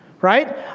right